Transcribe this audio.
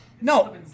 No